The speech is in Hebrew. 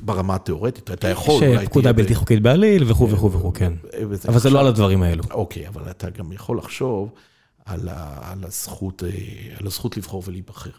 ברמה התיאורטית, אתה יכול... שפקודה בלתי חוקית בעליל וכו' וכו', כן. אבל זה לא על הדברים האלו. אוקיי, אבל אתה גם יכול לחשוב על ה.. על הזכות אה.. על הזכות לבחור ולהיבחר.